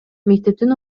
мектептин